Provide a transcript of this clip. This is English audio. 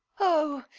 oh,